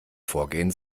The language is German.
vorgehen